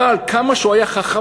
אבל כמה שהוא היה חכם,